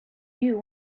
you